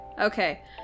Okay